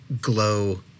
glow